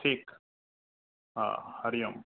ठीकु आहे हा हरी ओम